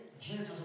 Jesus